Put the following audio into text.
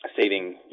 saving